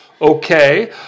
Okay